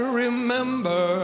remember